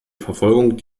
verfolgung